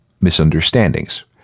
misunderstandings